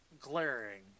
glaring